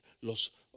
los